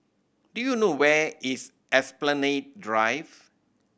do you know where is Esplanade Drive